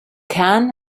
can